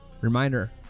Reminder